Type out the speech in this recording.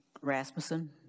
Rasmussen